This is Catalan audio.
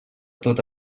tota